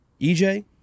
EJ